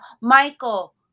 Michael